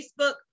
Facebook